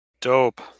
Dope